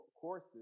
courses